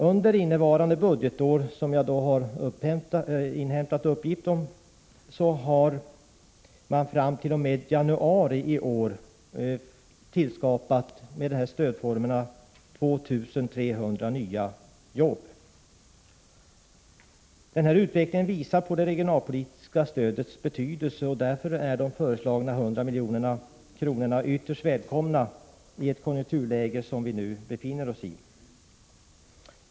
Under innevarande budgetår har, enligt uppgifter som jag har inhämtat, fram t.o.m. januari i år ca 2 300 nya jobb tillskapats med dessa stödformer. Den här utvecklingen visar det regionalpolitiska stödets betydelse, och därför är de föreslagna 100 miljonerna ytterst välkomna i det konjunkturläge som vi nu befinner oss i.